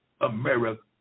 America